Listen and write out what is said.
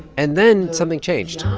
and then something changed.